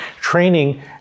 training